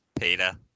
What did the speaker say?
peter